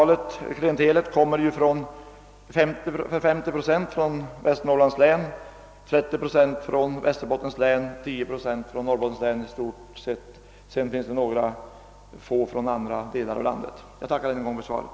Elevklientelet kommer till 50 procent från Västernorrlands län, till 30 procent från Västerbottens län och i stort sett till 10 procent från Norrbottens län. Några få kommer från andra delar av landet. Jag tackar än en gång för svaret.